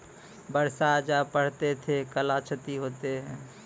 बरसा जा पढ़ते थे कला क्षति हेतै है?